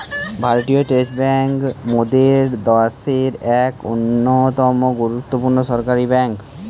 ভারতীয় state bank মোদের দ্যাশের এক অন্যতম গুরুত্বপূর্ণ সরকারি বেঙ্ক